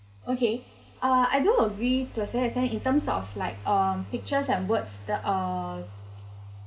okay uh I do agree to a certain extent in terms of like um pictures and words that uh